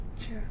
sure